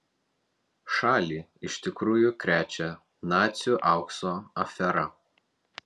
šalį iš tikrųjų krečia nacių aukso afera